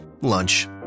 Lunch